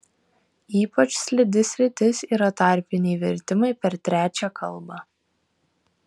ypač slidi sritis yra tarpiniai vertimai per trečią kalbą